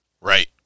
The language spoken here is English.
Right